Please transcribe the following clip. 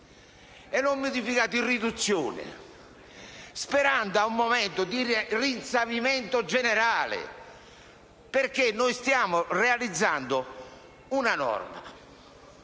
le ho modificate in riduzione, sperando in un momento di rinsavimento generale, perché stiamo realizzando una norma